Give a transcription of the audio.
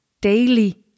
daily